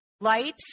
light